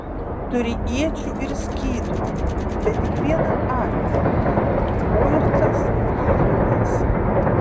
turi iečių ir skydų bet tik vieną arklį o ir tas apšlubęs